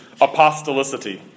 apostolicity